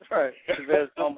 Right